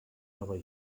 nova